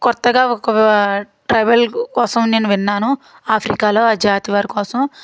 క్రొత్తగా ఒక ట్రైబల్ కోసం నేను విన్నాను ఆఫ్రికాలో ఆ జాతి వారి కోసం